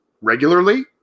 regularly